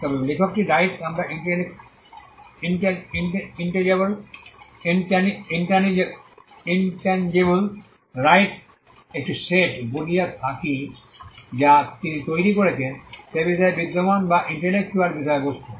তবে লেখকের রাইটসটি আমরা একে ইন্টাজেবল রাইটস একটি সেট বলে থাকি যা তিনি তৈরি করেছেন সেই বিষয়ে বিদ্যমান যা ইন্টেলেকচুয়াল বিষয়বস্তু